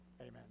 Amen